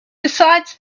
besides